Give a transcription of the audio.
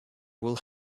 will